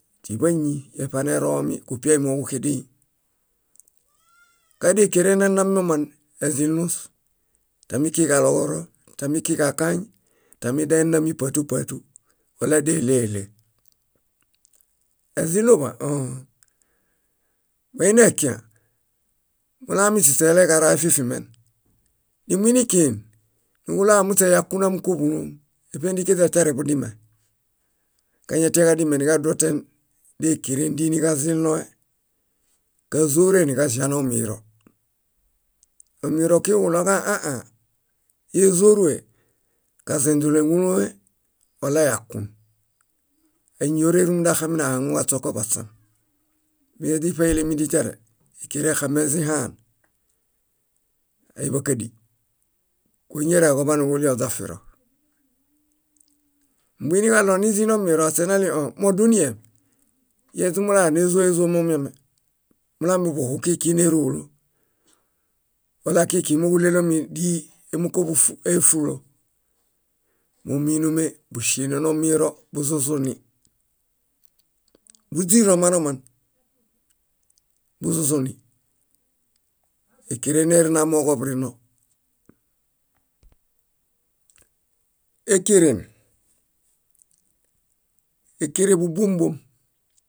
. Tíḃañi eṗaneromi kupiai móġuxedẽi. Ka dékeren nenanoman ezĩlus: tami kiġaloġoro, tami kiġakañ, tami dae enami pátu pátu wala déɭeɭe. Ezĩluḃa? Õõ. Moinekiã, mulami śiśe eleġaraa efifimen. Nimuinikin, niġuɭoġa muśe yakun ámukoḃuloom éṗendĩkeźa tiareḃudime. Kañatiaġadime niġaduoten dékerendi niġazĩlõe. Kázorue niġaĵia nomiro. Omiro okinuġuɭoġa ããã ézorue, kazenźule wala yakun. Áñiorerumunda axamunahaŋuġaśoko baśam. Míaźiṗailemedin tiare, ékeren exemezim haan, áiḃakadi. Kuñireġoḃaniġuɭii oźafiro; moiniġaɭo azinomiro aśe naɭii ũ moduniem, ieźumulala nézoezo miame. Mulami buhu kikiin érolo wala kikiin móġulelomi díi émukubufu éfulo. Mómuinume búŝene nomiro buzuzuni. Búźiro manoman. Buzuzuni. Ékeren neren amooġo burino. Ékeren, ékerenḃubuombom